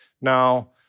now